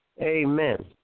Amen